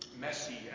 messy